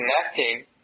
connecting